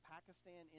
Pakistan